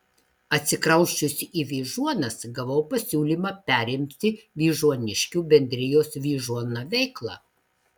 atsikrausčiusi į vyžuonas gavau pasiūlymą perimti vyžuoniškių bendrijos vyžuona veiklą